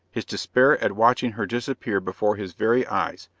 his despair at watching her disappear before his very eyes,